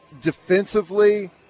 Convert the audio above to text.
Defensively